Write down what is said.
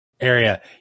area